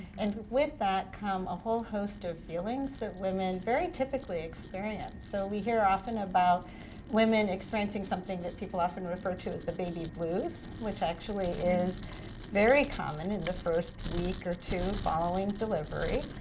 and with that come a whole host of feelings that women very typically experience. so we hear often about women experiencing something that people often refer to as the baby blues, which actually is very common in the first week or two following delivery.